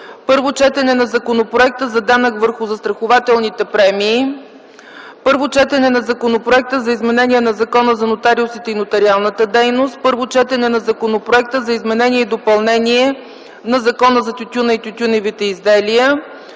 Първо четене на Законопроекта за данък върху застрахователните премии. Първо четене на Законопроекта за изменение на Закона за нотариусите и нотариалната дейност. Първо четене на Законопроекта за изменение и допълнение на Закона за тютюна и тютюневите изделия.